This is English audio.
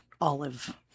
olive